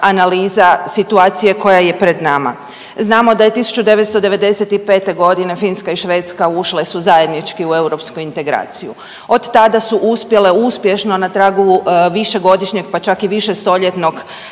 analiza situacije koja je pred nama. Znamo da je 1995.g. Finska i Švedska ušle su zajednički u europsku integraciju, od tada su uspjele uspješno na tragu višegodišnjeg, pa čak i višestoljetnog